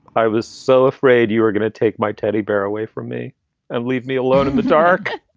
i was so afraid you were going to take my teddy bear away from me and leave me alone in the dark.